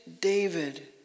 David